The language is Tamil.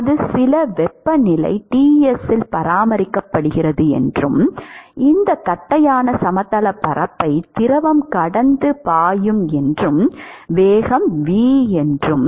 அது சில வெப்பநிலை Ts இல் பராமரிக்கப்படுகிறது என்றும் இந்த தட்டையான சமதளப் பரப்பை திரவம் கடந்து பாயும் என்றும் வேகம் V